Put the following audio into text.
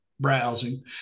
Browsing